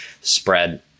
spread